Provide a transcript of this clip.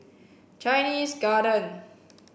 Chinese Garden